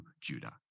Judah